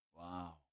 Wow